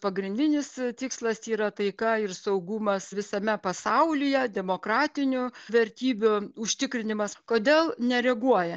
pagrindinis tikslas yra taika ir saugumas visame pasaulyje demokratinių vertybių užtikrinimas kodėl nereaguoja